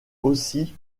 aussi